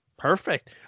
Perfect